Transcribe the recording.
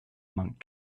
monk